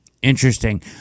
Interesting